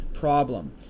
problem